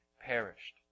perished